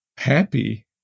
happy